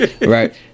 right